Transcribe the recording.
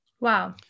Wow